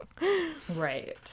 right